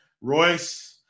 Royce